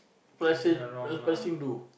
Palestine what Palestine do